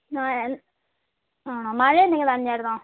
ആ ആണോ മഴ എന്തെങ്കിലും നനഞ്ഞിരുന്നോ